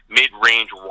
mid-range